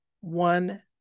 one